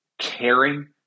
caring